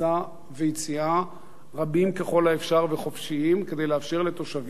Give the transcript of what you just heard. ויציאה רבים ככל האפשר וחופשיים כדי לאפשר לתושבים